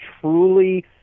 truly